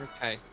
Okay